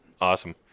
Awesome